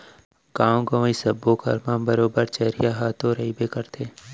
गॉंव गँवई सब्बो घर म बरोबर चरिहा ह तो रइबे करथे